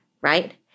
right